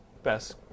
Best